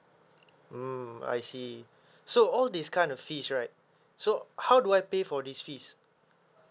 mm I see so all these kind of fees right so how do I pay for this fees